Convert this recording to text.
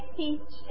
teach